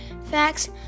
facts